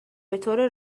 بطور